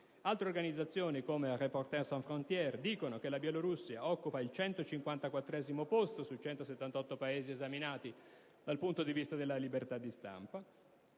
Altre organizzazioni, come *Reporters sans frontières* riferiscono che la Bielorussia occupa il 154° posto, su 178 Paesi esaminati, dal punto di vista della libertà di stampa,